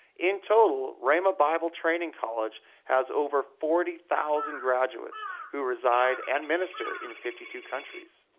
in total rhema bible training college has over forty thousand graduates who reside and minister in fifty two countries.